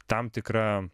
tam tikra